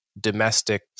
domestic